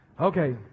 Okay